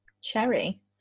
cherry